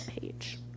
page